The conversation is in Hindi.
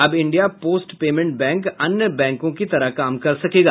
अब इंडिया पोस्ट पेमेंट बैंक अन्य बैंकों की तरह काम कर सकेगा